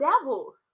devils